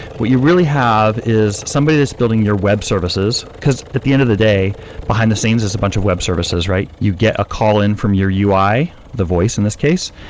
what you really have is somebody that's building your web services, because at the end of the day behind the scenes is a bunch of web services, right? you get a call in from your ui, the voice in this case,